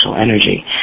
energy